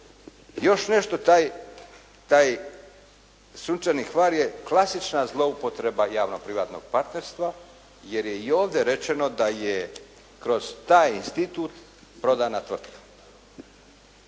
Još nešto, taj Sunčani Hvar je klasična zloupotreba javno-privatnog partnerstva jer je i ovdje rečeno da je kroz taj institut prodana tvrtka.